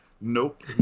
nope